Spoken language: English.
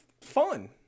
fun